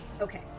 okay